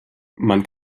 man